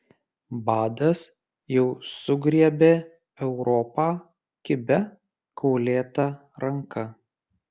badas jau sugriebė europą kibia kaulėta ranka